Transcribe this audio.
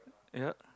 ya